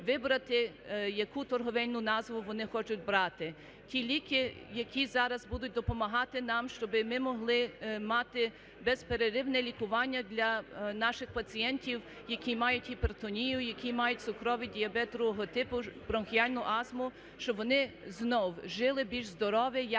вибрати, яку торговельну назву вони хочуть брати. Ті ліки, які зараз будуть допомагати нам, щоб ми могли мати безперервне лікування для наших пацієнтів, які мають гіпертонію, які мають цукровий діабет ІІ типу, бронхіальну астму, щоб вони знову жили більш здорове,